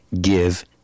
give